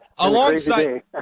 Alongside